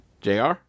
jr